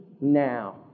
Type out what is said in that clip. now